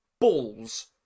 balls